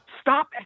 Stop